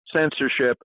censorship